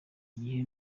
gihe